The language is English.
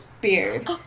beard